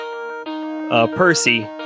Percy